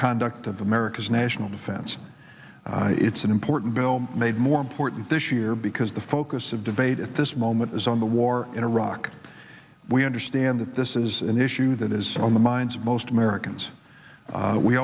conduct of america's national defense it's an important film made more important this year because the focus of debate at this moment is on the war in iraq we understand that this is an issue that is on the minds of most americans